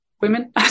women